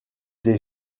dei